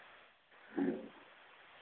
ᱦᱮᱸ